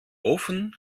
ofen